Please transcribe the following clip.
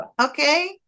okay